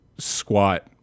Squat